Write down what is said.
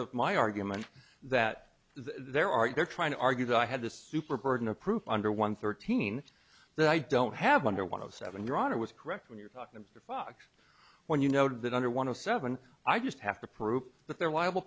of my argument that there are you're trying to argue that i had this super burden of proof under one thirteen that i don't have one or one of seven your honor was correct when you're talking to fox when you noted that under one of seven i just have to prove that they're